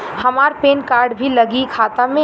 हमार PAN card भी लगी खाता में?